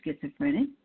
schizophrenic